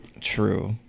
True